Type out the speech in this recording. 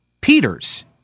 Peters